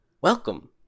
welcome